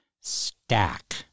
stack